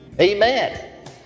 Amen